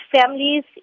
families